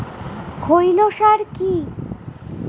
খৈল সার কি?